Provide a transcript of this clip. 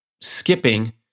skipping